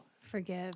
forgive